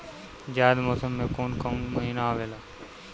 जायद मौसम में कौन कउन कउन महीना आवेला?